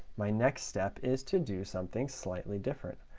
my next step is to do something slightly different.